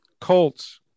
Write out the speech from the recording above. Colts